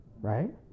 right